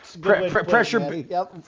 pressure